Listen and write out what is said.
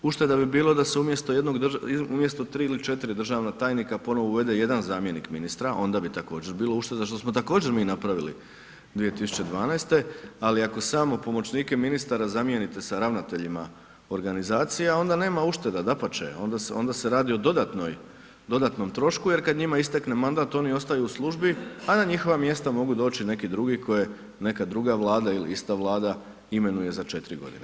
Ušteda bi bila da se umjesto 3 ili 4 državna tajnika ponovno uvede jedan zamjenik ministra, onda bi također bilo uštede što smo također mi napravili 2012. ali ako samo pomoćnike ministara zamijenite sa ravnateljima organizacija onda nema ušteda, dapače, onda se radi o dodatnom trošku jer kad njima istekne mandat oni ostaju u službi a na njihova mjesta mogu doći neki drugi koje neka druga Vlada ili ista Vlada imenuje za 4 godine.